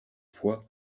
fois